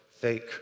fake